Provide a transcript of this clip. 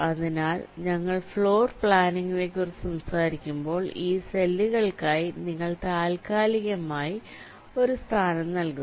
അതിനാൽ ഞങ്ങൾ ഫ്ലോർപ്ലാനിംഗിനെക്കുറിച്ച് സംസാരിക്കുമ്പോൾഈ സെല്ലുകൾക്കായി നിങ്ങൾ താൽക്കാലികമായി ഒരു സ്ഥാനം നൽകുന്നു